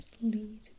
lead